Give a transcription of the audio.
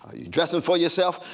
you dressing for yourself?